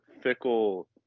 fickle